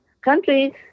countries